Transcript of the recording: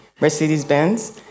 Mercedes-Benz